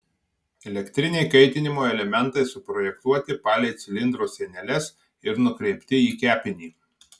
elektriniai kaitinimo elementai suprojektuoti palei cilindro sieneles ir nukreipti į kepinį